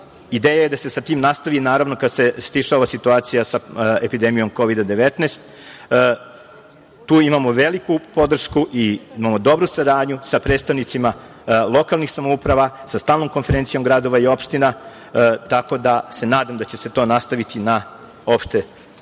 Ideja je da se sa tim nastavi, naravno kada se stiša ova situacija sa epidemijom Kovida 19. Tu imamo veliku podršku i imamo dobru saradnju sa predstavnicima lokalnih samouprava, sa Stalnom konferencijom gradova i opština. Tako da se nadam da će se to nastaviti na opšte